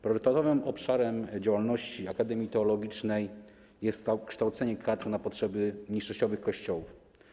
Priorytetowym obszarem działalności akademii teologicznej jest kształcenie kadr na potrzeby mniejszościowych Kościołów.